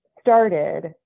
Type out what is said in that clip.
started